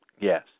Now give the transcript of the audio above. Yes